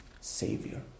savior